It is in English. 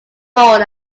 bowler